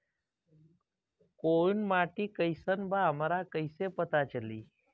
कोउन माटी कई सन बा हमरा कई से पता चली?